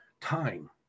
time